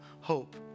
hope